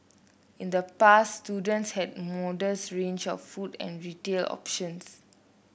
in the past students had a modest range of food and retail options